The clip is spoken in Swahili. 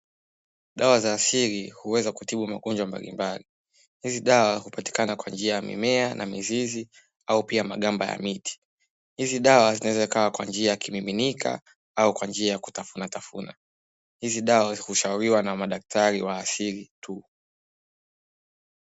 Dawa za asili huweza kutibu magonjwa mbalimbali, hii dawa hupatikana kwa njia ya mimea na mizizi au pia magamba ya miti, hizi dawa zinaweza zikawa kwa njia ya kimiminika au kwa njia ya kutafunatafuna, hizi dawa zinashauriwa na madaktari wa asili tu.